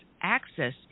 access